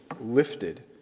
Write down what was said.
lifted